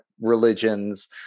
religions